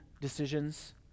decisions